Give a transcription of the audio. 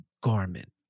garment